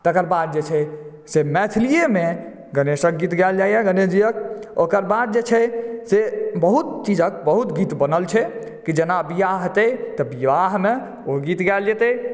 तकर बाद जे छै से मैथिलीएमे गणेशक गीत गायल जाइया गणेशजीक ओकर बाद जे छै से बहुत चीजक बहुत गीत बनल छै कि जेना बियाह हेतै तऽ विवाहमे ओ गीत गायल जेतै